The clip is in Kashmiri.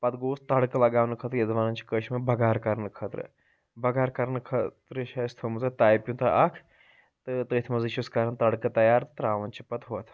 پَتہٕ گوٚوُس تڑکہٕ لگاونہٕ خٲطرٕ یَتھ زن وَنان چھِ کٲشر پٲٹھۍ بَگار کَرنہٕ خٲطرٕ بَگار کَرنہٕ خٲطرٕ چھُ اسہِ تھٔمٕژ تایہِ پیٛوٗنتہ اَکھ تہٕ تٔتھۍ منٛزٕے چھِ أسۍ کَران تڑکہٕ تَیار تہٕ ترٛاوان چھِ پَتہٕ ہۄتھ